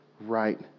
right